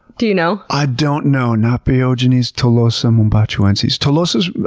do you know? i don't know. napeogenes tolosa mombachoenses. tolosa's,